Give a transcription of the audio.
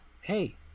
Hey